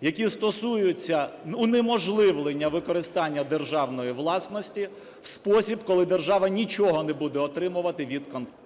які стосуються унеможливлення використання державної власності в спосіб, коли держава нічого не буде отримувати від концесії…